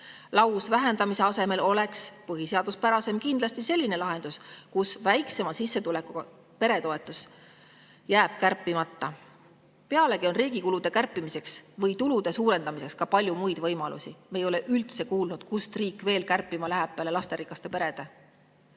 peredelt. Lausvähendamise asemel oleks kindlasti põhiseaduspärasem selline lahendus, kus väiksema sissetulekuga pere toetus jääb kärpimata. Pealegi on riigi kulude kärpimiseks või tulude suurendamiseks ka palju muid võimalusi. Me ei ole üldse kuulnud, kust riik veel kärpima läheb peale lasterikaste perede.